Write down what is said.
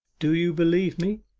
do you believe me